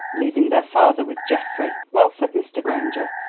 leaving their father with geoffrey. well, said mr. granger,